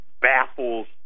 baffles